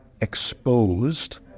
exposed